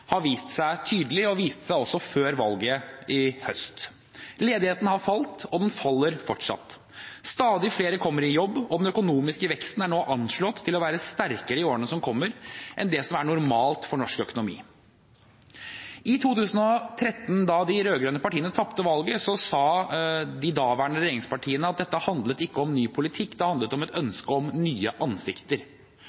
har vist seg tydelig og viste seg også før valget i høst: Ledigheten har falt, og den faller fortsatt. Stadig flere kommer i jobb, og den økonomiske veksten er nå anslått til å bli sterkere i årene som kommer, enn det som er normalt for norsk økonomi. I 2013, da de rød-grønne partiene tapte valget, sa de daværende regjeringspartiene at dette handlet ikke om ny politikk, det handlet om et